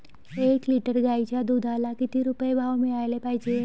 एक लिटर गाईच्या दुधाला किती रुपये भाव मिळायले पाहिजे?